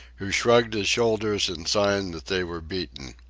who shrugged his shoulders in sign that they were beaten.